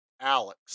Alex